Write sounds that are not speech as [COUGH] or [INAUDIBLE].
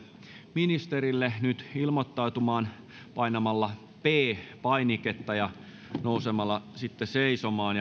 ministerille nyt ilmoittautumaan painamalla p painiketta ja nousemalla seisomaan [UNINTELLIGIBLE]